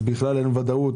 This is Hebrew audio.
אז בכלל אין ודאות.